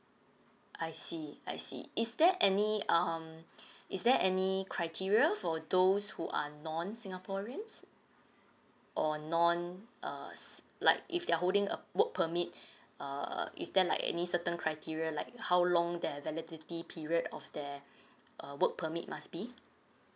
I see I see is there any um is there any criteria for those who are non singaporeans or non err s~ like if they are holding a work permit err is there like any certain criteria like how long their validity period of their err work permit must be